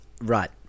Right